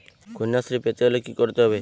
কন্যাশ্রী পেতে হলে কি করতে হবে?